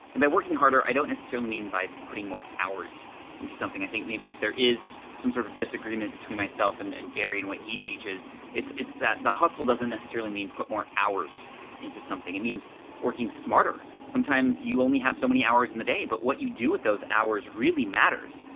and by working harder, i don't necessarily mean by putting more hours into something. i think maybe if there is some sort of disagreement between myself and and gary and what he teaches it's it's that the hustle doesn't necessarily mean put more hours into something, it means working smarter. sometimes you only have so many hours in the day but what you do with those hours really matters.